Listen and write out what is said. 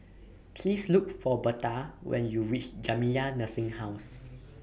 Please Look For Berta when YOU REACH Jamiyah Nursing Home